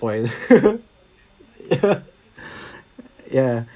spoil ya